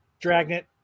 Dragnet